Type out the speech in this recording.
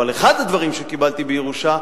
אבל אחד הדברים שקיבלתי בירושה,